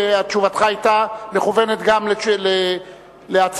תשובתך היתה מכוונת גם להצעתו.